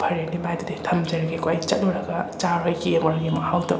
ꯐꯔꯦꯅꯦ ꯚꯥꯏ ꯑꯗꯨꯗꯤ ꯊꯝꯖꯔꯒꯦꯀꯣ ꯑꯩ ꯆꯠꯂꯨꯔꯒ ꯆꯥꯔ ꯌꯦꯡꯉꯨꯔꯒꯦ ꯃꯍꯥꯎꯗꯣ